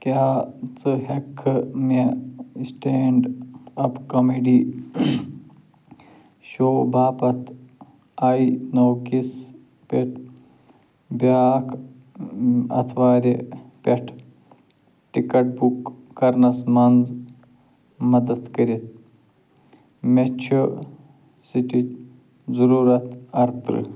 کیٛاہ ژٕ ہؠککھٕ مےٚ اِسٹینٛڈ اَپ کامیڈی شوٗ باپتھ آئی نوکس پؠٹھ بیٛاکھ آتھوارِ پؠٹھٕ ٹِکٹ بُک کَرنس منٛز مدد کٔرِتھ مےٚ چھُ سِٹٕچ ضروٗرت اَرٕترٛہ